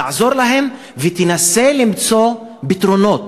תעזור להם ותנסה למצוא פתרונות,